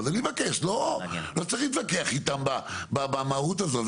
אז אני מבקש, לא צריך להתווכח איתם במהות הזאת.